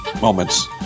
moments